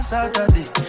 Saturday